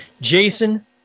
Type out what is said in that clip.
Jason